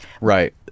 Right